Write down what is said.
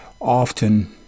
often